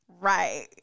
Right